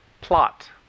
Plot